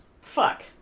Fuck